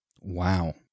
Wow